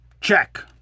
check